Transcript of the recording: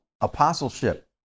apostleship